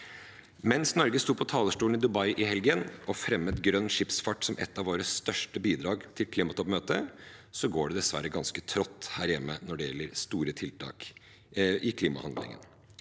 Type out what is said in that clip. Mens Norge sto på talerstolen i Dubai i helgen og fremmet grønn skipsfart som et av våre største bidrag til klimatoppmøtet, går det dessverre ganske trått her hjemme når det gjelder store tiltak i klimahandlingene.